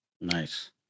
nice